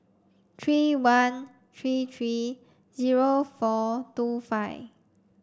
three one three three zero four two five